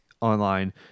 online